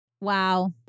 Wow